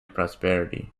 prosperity